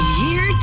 year